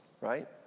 right